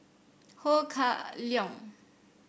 Ho Kah Leong